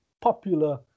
popular